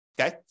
okay